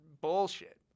bullshit